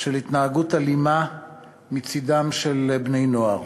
של התנהגות אלימה מצדם של בני-נוער.